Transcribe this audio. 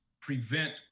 prevent